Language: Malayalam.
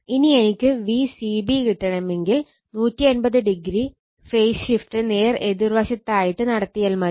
ഇനി എനിക്ക് Vcb കിട്ടണമെങ്കിൽ 180o ഫേസ് ഷിഫ്റ്റ് നേർ എതിർ വശത്തായിട്ട് നടത്തിയാൽ മതി